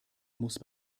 muss